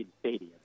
Stadium